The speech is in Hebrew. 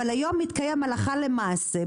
אבל היום מתקיים הלכה למעשה,